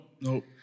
nope